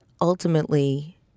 ultimately